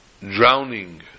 drowning